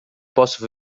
posso